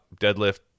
deadlift